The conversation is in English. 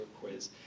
quiz